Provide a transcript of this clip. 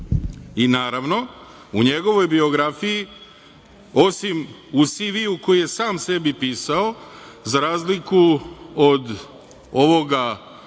stvari. Naravno, u njegovoj biografiji, osim u CV koji je sam sebi pisao, za razliku od ovoga